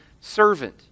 servant